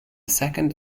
second